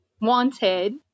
wanted